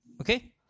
Okay